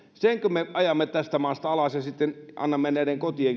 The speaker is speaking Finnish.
senkö me ajamme tästä maasta alas ja sitten annamme näiden kotien